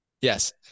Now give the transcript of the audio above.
Yes